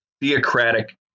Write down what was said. theocratic